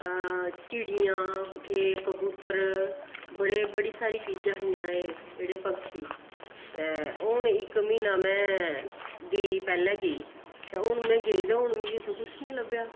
चिड़ियां एह् कबूतर बड़े बड़ी सारी चीजां हियां एह् जेह्ड़े पक्षी ते हून इक म्हीना में गेई पैह्लें गेई ते हून में गेई ते हून मिगी उत्थें कुछ निं लब्भेआ